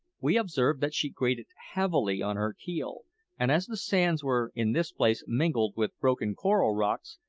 we observed that she grated heavily on her keel and as the sands were in this place mingled with broken coral rocks,